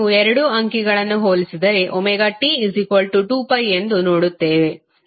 ನೀವು ಎರಡೂ ಅಂಕಿಗಳನ್ನು ಹೋಲಿಸಿದರೆ ωT2ಎಂದು ನೋಡುತ್ತೇವೆ